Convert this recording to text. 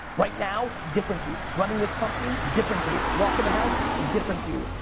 right now, different dude. running this company, different dude. walk in the house, different dude.